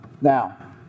Now